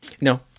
no